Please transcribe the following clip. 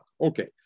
Okay